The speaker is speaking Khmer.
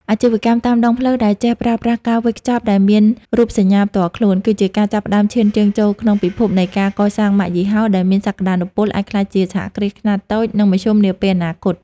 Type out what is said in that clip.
អាជីវកម្មតាមដងផ្លូវដែលចេះប្រើប្រាស់ការវេចខ្ចប់ដែលមានរូបសញ្ញាផ្ទាល់ខ្លួន គឺជាការចាប់ផ្ដើមឈានជើងចូលក្នុងពិភពនៃការកសាងម៉ាកយីហោ ដែលមានសក្ដានុពលអាចក្លាយជាសហគ្រាសខ្នាតតូច និងមធ្យមនាពេលអនាគត។